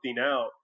out